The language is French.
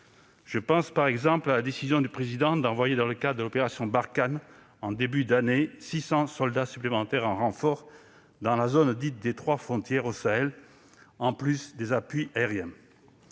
Je pense par exemple à la décision du Président de la République d'envoyer dans le cadre l'opération Barkhane, en début d'année, 600 soldats supplémentaires en renfort dans la zone dite des trois frontières, au Sahel, en plus des appuis aériens.